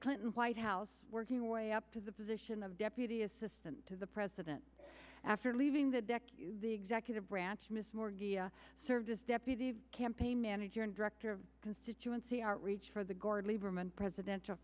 clinton white house working our way up to the position of deputy assistant to the president after leaving the deck the executive branch miss more dia served as deputy campaign manager and director of constituency outreach for the guard lieberman presidential